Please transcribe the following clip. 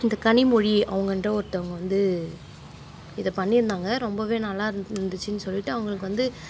இந்த கனிமொழி அவங்கன்ற ஒருத்தவங்க வந்து இதை பண்ணியிருந்தாங்க ரொம்பவே நல்லா இருந்து இருந்துச்சுன்னு சொல்லிட்டு அவங்களுக்கு வந்து